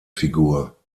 figur